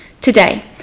Today